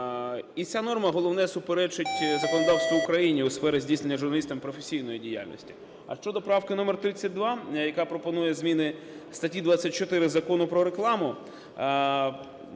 І ця норма, головне, суперечить законодавству України у сфері здійснення журналістом професійної діяльності. А щодо правки номер 32, яка пропонує зміни статті 24 Закону "Про рекламу",